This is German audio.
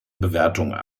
bewertung